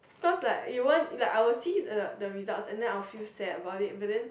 cause like it wouldn't like I will see the the results and then I will feel sad about it but then